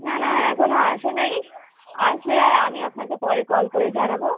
না না এখনও আসেনি আসলে আমি আপনাকে পরে কল করে জানাব